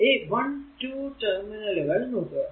ഈ 1 2 ടെർമിനലുകൾ നോക്കുക